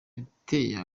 hateye